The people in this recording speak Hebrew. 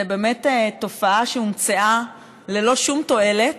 זו באמת תופעה שהומצאה ללא שום תועלת,